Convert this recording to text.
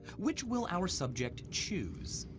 which will our subject choose?